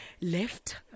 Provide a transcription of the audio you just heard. left